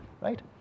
right